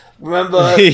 Remember